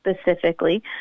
specifically